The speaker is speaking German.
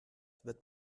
wird